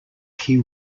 key